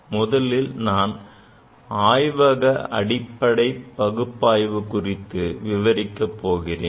முதலில் நான் ஆய்வக அடிப்படைப் பகுப்பாய்வு குறித்து விவரிக்கப் போகிறேன்